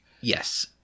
yes